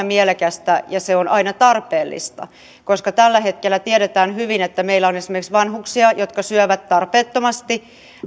mielekästä ja se on aina tarpeellista koska tiedetään hyvin että tällä hetkellä meillä on esimerkiksi vanhuksia jotka syövät tarpeettomasti